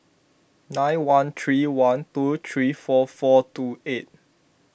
nine one three one two three four four two eight